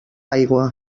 aigua